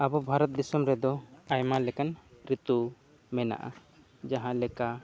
ᱟᱵᱚ ᱵᱷᱟᱨᱚᱛ ᱫᱤᱥᱚᱢ ᱨᱮᱫᱚ ᱟᱭᱢᱟ ᱞᱮᱠᱟᱱ ᱨᱤᱛᱩ ᱢᱮᱱᱟᱜᱼᱟ ᱡᱟᱦᱟᱸ ᱞᱮᱠᱟ